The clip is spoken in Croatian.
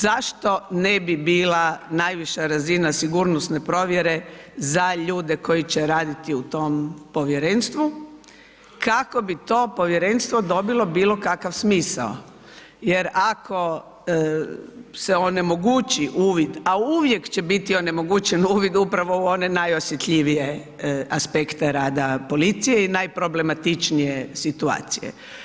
Zašto ne bi bila najviša razina sigurnosne provjere za ljude koji će raditi u tom povjerenstvo kako bi to povjerenstvo dobilo bilokakav smisao jer ako se ne onemogući uvid a uvijek će biti onemogućen upravo u one najosjetljivije aspekte rada policije i najproblematičnije situacije.